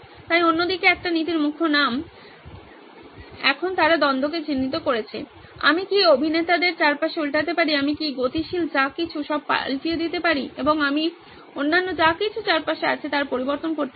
তাই অন্যদিকে একটি নীতির মুখ্য নাম এখন তারা দ্বন্দ্বকে চিহ্নিত করেছে আমি কি অভিনেতাদের চারপাশে উল্টাতে পারি আমি কি গতিশীল যা কিছু উল্টাতে পারি এবং আমি অন্যান্য যা কিছু চারপাশে আছে তার পরিবর্তন করতে পারি